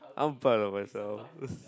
I'm proud of myself